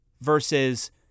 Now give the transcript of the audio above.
versus